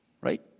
right